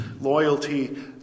loyalty